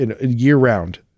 year-round